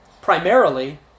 primarily